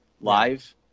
live